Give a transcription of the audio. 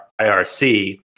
IRC